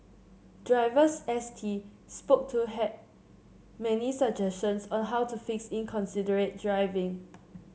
drivers S T spoke to had many suggestions on how to fix inconsiderate driving